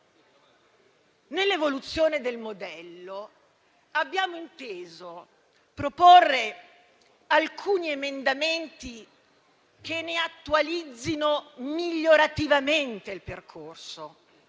Nell'evoluzione del modello abbiamo inteso proporre alcuni emendamenti che ne attualizzino migliorativamente il percorso,